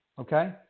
Okay